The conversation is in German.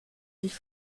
sich